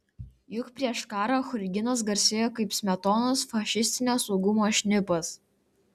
juk prieš karą churginas garsėjo kaip smetonos fašistinio saugumo šnipas